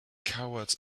cowards